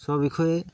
খৰচৰ বিষয়ে